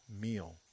meal